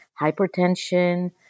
hypertension